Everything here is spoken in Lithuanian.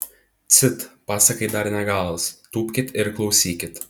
cit pasakai dar ne galas tūpkit ir klausykit